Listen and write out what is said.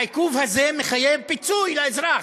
העיכוב הזה מחייב פיצוי לאזרח.